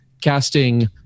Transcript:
casting